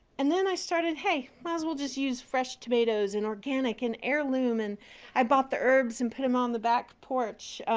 and then i started, hey, might as well just use fresh tomatoes, and organic and heirloom. and i bought the herbs and put them on the back porch.